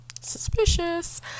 suspicious